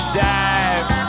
dive